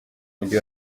mujyi